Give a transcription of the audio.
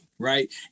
Right